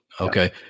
Okay